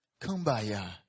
Kumbaya